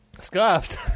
Scuffed